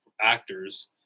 actors